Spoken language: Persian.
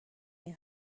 این